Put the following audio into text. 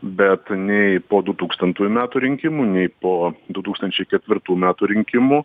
bet nei po dutūkstantųjų metų rinkimų nei po du tūkstančiai ketvirtų metų rinkimų